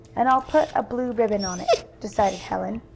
and i'll put a blue ribbon on it, decided helen,